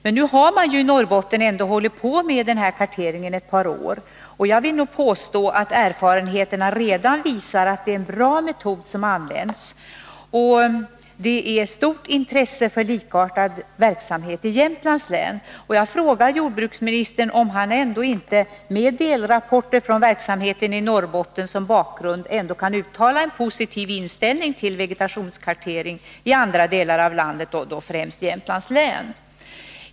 Men man har ju i Norrbotten ändå hållit på med den här karteringen i ett par år, och jag vill nog påstå att erfarenheterna redan visar att det är en bra metod som används. Det finns också stort intresse för likartad verksamhet i Jämtlands län. Jag vill fråga jordbruksministern om han ändå inte — med delrapporter från verksamheten i Norrbotten som bakgrund — kan uttala en positiv inställning till vegetationskartering i andra delar av landet och då främst i Jämtlands län.